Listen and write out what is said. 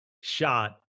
shot